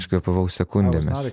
aš kvėpavau sekundėmis